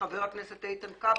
לחבר הכנסת איתן כבל,